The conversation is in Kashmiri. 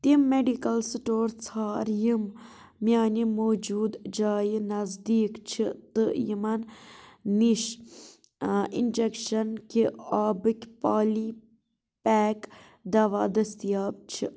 تِم میڈیکل سِٹور ژھار یِم میٛانہِ موٗجوٗد جایہِ نٔزدیٖک چھِ تہٕ یِمَن نِش اِنٛجیٚکشَن کہِ آبکٕۍ پالی پیک دوا دٔستیاب چھِ